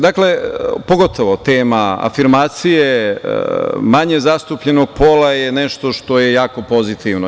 Dakle, pogotovo tema afirmacije manje zastupljenog pola je nešto što je jako pozitivno.